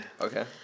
okay